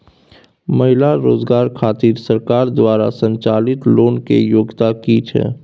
महिला रोजगार खातिर सरकार द्वारा संचालित लोन के योग्यता कि छै?